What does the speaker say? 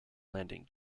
landing